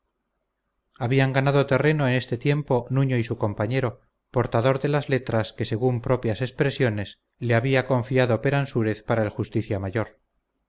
habían ganado terreno en este tiempo nuño y su compañero portador de las letras que según propias expresiones le había confiado peransúrez para el justicia mayor